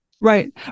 Right